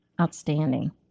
Outstanding